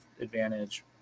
advantage